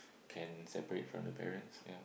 can separate from the parents ya